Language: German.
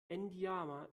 n’djamena